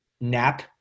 nap